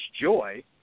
joy